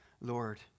Lord